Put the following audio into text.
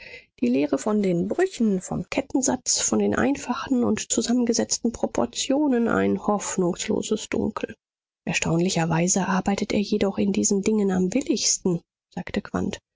die lehre von den brüchen vom kettensatz von den einfachen und zusammengesetzten proportionen ein hoffnungsloses dunkel erstaunlicherweise arbeitet er jedoch in diesen dingen am willigsten sagte